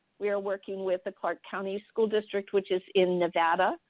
we are working with the clark county school district which is in nevada.